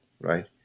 right